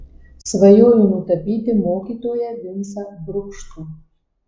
svajoju nutapyti mokytoją vincą brukštų